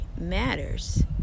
matters